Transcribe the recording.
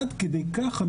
עד כדי כך,